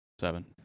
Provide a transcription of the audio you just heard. seven